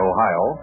Ohio